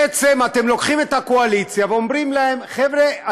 בעצם אתם לוקחים את הקואליציה ואומרים להם: חבר'ה,